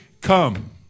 come